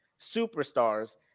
superstars